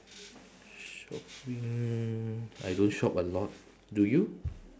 shopping I don't shop a lot do you